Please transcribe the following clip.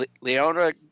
Leona